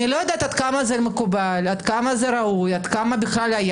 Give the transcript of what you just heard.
לא יודעת עד כמה זה מקובל או ראוי וכמה בכלל היה